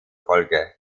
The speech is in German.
folge